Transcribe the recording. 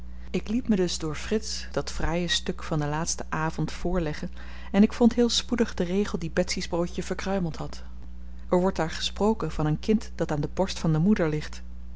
ik liet me dus door frits dat fraaie stuk van den laatsten avend voorleggen en ik vond heel spoedig den regel die betsy's broodje verkruimeld had er wordt daar gesproken van een kind dat aan de borst van de moeder